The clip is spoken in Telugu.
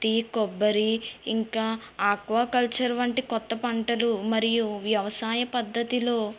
పత్తి కొబ్బరి ఇంకా ఆక్వా కల్చర్ వంటి కొత్త పంటలు మరియు వ్యవసాయ పద్ధతిలో